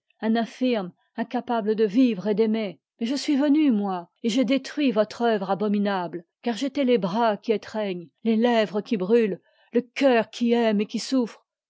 un moine incapable de vivre et d'aimer mais je suis venue moi et j'ai détruit votre œuvre abominable car j'étais les bras qui étreignent les lèvres qui brûlent le cœur qui aime et qui souffre